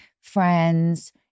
friends